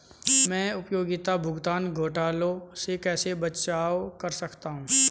मैं उपयोगिता भुगतान घोटालों से कैसे बचाव कर सकता हूँ?